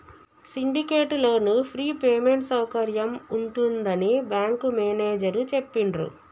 syndicate loan free payment సౌకర్యం ఉంటుందని bank manager చెప్పిండ్రు